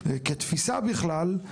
כתפיסה בכלל,